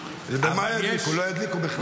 ובמה ידליקו, לא ידליקו בכלל?